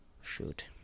shoot